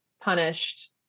punished